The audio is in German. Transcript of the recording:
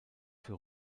für